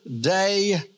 day